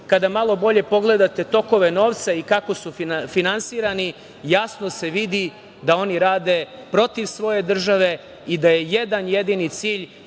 kada malo bolje pogledate, tokove novca i kako su finansirani, jasno se vidi da oni rade protiv svoje države i da je jedan jedini cilj